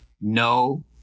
No